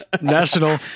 national